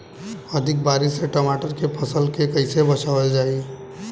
अधिक बारिश से टमाटर के फसल के कइसे बचावल जाई?